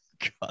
God